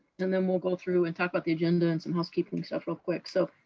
and then we'll go through and talk about the agenda and some housekeeping stuff real quick. so,